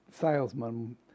salesman